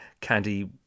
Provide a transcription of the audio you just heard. Candy